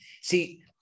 See